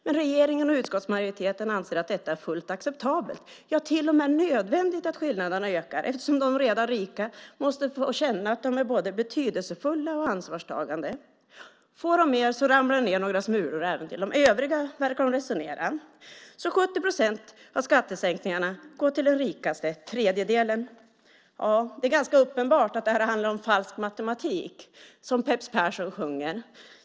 Men regeringen och utskottsmajoriteten anser att detta är fullt acceptabelt, att det till och med är nödvändigt att skillnaderna ökar eftersom de redan rika måste få känna att de är både betydelsefulla och ansvarstagande. Får de mer ramlar det ned några smulor även till de övriga, verkar de resonera. 70 procent av skattesänkningarna går till den rikaste tredjedelen. Det är ganska uppenbart att det handlar om falsk matematik, som Peps Persson sjunger.